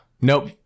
Nope